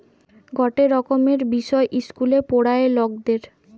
গটে রকমের বিষয় ইস্কুলে পোড়ায়ে লকদের